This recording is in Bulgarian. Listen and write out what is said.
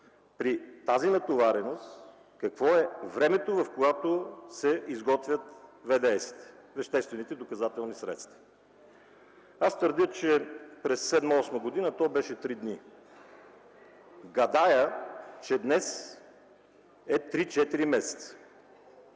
при тази натовареност какво е времето, в което се изготвят веществените доказателствени средства? Аз твърдя, че през 2007, 2008, 2009 г. то беше 3 дни. Гадая, че днес е 3-4 месеца.